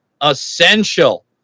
essential